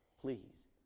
Please